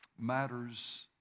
Matters